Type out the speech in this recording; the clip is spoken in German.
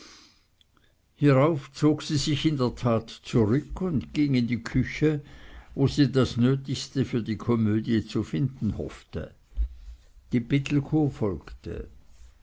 hierauf zog sie sich in der tat zurück und ging in die küche wo sie das nötigste für die komödie zu finden hoffte die pittelkow folgte